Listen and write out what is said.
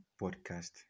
Podcast